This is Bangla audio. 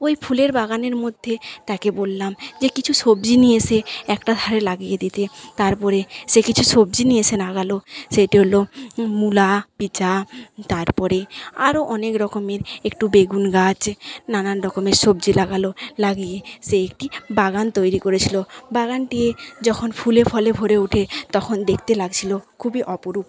ওই ফুলের বাগানের মধ্যে তাকে বললাম যে কিছু সবজি নিয়ে এসে একটা ধারে লাগিয়ে দিতে তারপরে সে কিছু সবজি নিয়ে এসে লাগালো সেটি হল মুলো তারপরে আরও অনেক রকমের একটু বেগুন গাছ নানান রকমের সবজি লাগালো লাগিয়ে সে একটি বাগান তৈরি করেছিল বাগানটি যখন ফুলে ফলে ভরে ওঠে তখন দেখতে লাগছিল খুবই অপরূপ